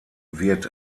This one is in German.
wird